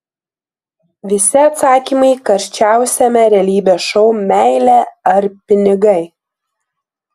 visi atsakymai karščiausiame realybės šou meilė ar pinigai